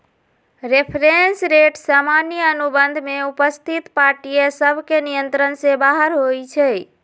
reference rate सामान्य अनुबंध में उपस्थित पार्टिय सभके नियंत्रण से बाहर होइ छइ